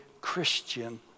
Christian